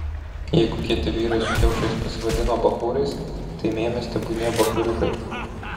jeigu kieti vyrai su kiaušais pasivadino bachūrais tai mėmės tebūnie bachūriukai